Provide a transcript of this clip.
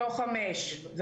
מתוך חמש.